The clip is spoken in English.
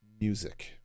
music